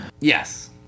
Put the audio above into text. Yes